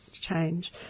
change